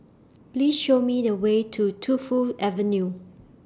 Please Show Me The Way to Tu Fu Avenue